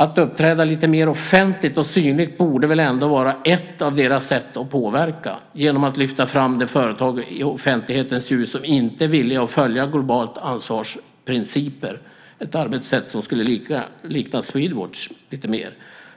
Att uppträda lite mer offentligt och synligt borde väl ändå vara ett av deras sätt att påverka, alltså genom att lyfta fram de företag i offentlighetens ljus som inte är villiga att följa Globalt ansvars principer - ett arbetssätt som lite mer skulle likna det som Swedwatch har.